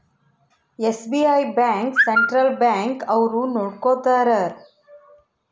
SBI bank central bank ಅವ್ರು ನೊಡ್ಕೋತರ